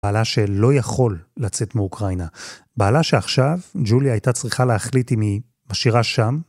בעלה שלא יכול לצאת מאוקראינה. בעלה שעכשיו, ג'וליה הייתה צריכה להחליט אם היא משאירה שם.